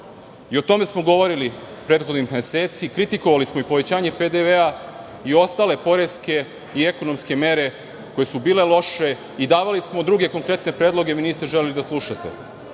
O tome smo govorili prethodnih meseci. Kritikovali smo i povećanje PDV i ostale poreske i ekonomske mere koje su bile loše i davali smo druge konkretne predloge, a vi niste hteli da slušate.